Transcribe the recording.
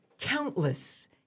countless